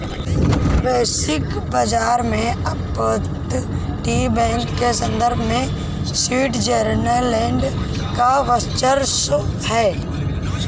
वैश्विक बाजार में अपतटीय बैंक के संदर्भ में स्विट्जरलैंड का वर्चस्व है